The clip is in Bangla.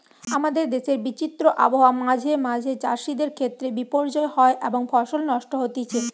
আমাদের দেশের বিচিত্র আবহাওয়া মাঁঝে মাঝে চাষিদের ক্ষেত্রে বিপর্যয় হয় এবং ফসল নষ্ট হতিছে